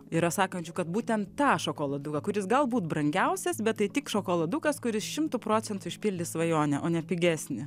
yra sakančių kad būtent tą šokoladuką kuris galbūt brangiausias bet tai tik šokoladukas kuris šimtu procentų išpildys svajonę o ne pigesnį